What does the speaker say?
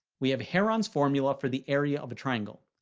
we have heron's formula for the area of a triangle.